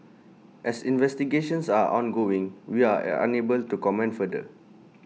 as investigations are ongoing we are are unable to comment further